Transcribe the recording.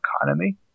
economy